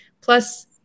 Plus